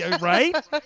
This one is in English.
Right